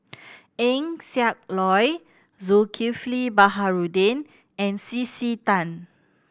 Eng Siak Loy Zulkifli Baharudin and C C Tan